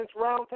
Roundtable